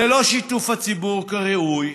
ללא שיתוף הציבור כראוי.